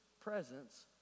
presence